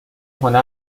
هنر